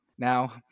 Now